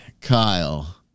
Kyle